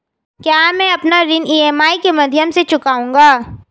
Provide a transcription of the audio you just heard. क्या मैं अपना ऋण ई.एम.आई के माध्यम से चुकाऊंगा?